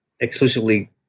exclusively